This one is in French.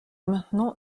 maintenant